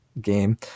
game